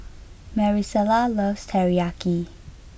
Marisela loves Teriyaki